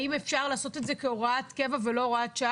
האם אפשר לעשות את זה כהוראת קבע ולא הוראת שעה?